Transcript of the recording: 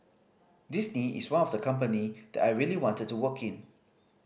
Disney is one of the company that I really wanted to work in